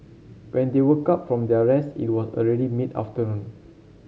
when they woke up from their rest it was already mid afternoon